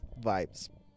vibes